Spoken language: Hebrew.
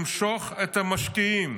למשוך את המשקיעים.